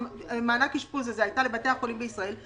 מענק האשפוז הזה הייתה לבתי החולים בישראל,